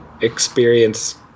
experience